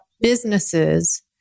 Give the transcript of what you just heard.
businesses